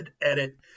edit